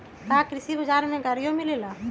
का कृषि बजार में गड़ियो मिलेला?